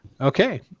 Okay